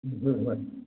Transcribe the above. ꯍꯣꯏ ꯍꯣꯏ